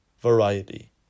variety